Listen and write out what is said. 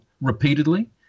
repeatedly